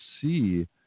see